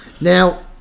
Now